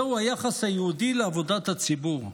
זהו היחס היהודי לעבודת הציבור.